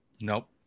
Nope